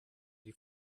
die